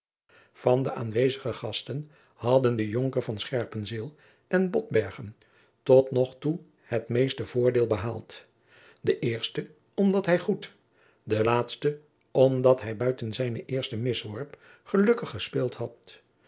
van de aanwezige gasten hadden de jonker van scherpenzeel en botbergen tot nog toe het meeste voordeel behaald de eerste omdat hij goed de laatste omdat hij buiten zijnen eersten misworp gelukkig gespeeld had